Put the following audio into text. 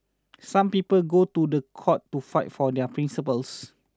some people go to the court to fight for their principles